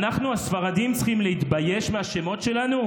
אנחנו הספרדים צריכים להתבייש בשמות שלנו,